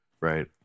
right